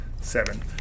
seven